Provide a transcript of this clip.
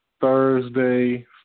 Thursday